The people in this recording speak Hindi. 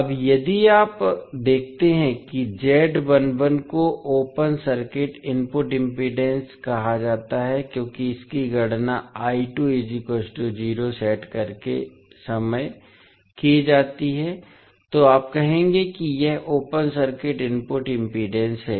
अब यदि आप देखते हैं कि को ओपन सर्किट इनपुट इम्पीडेन्स कहा जाता है क्योंकि इसकी गणना सेट करते समय की जाती है तो आप कहेंगे कि यह ओपन सर्किट इनपुट इम्पीडेन्स है